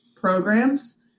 programs